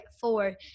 four